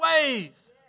ways